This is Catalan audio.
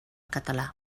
català